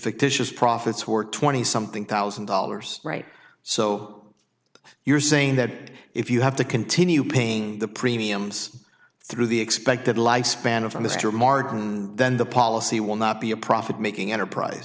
fictitious profits were twenty something thousand dollars right so you're saying that if you have to continue paying the premiums through the expected lifespan of the mr martin then the policy will not be a profit making enterprise